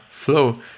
flow